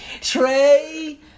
Trey